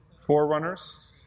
Forerunners